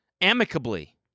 amicably